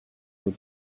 were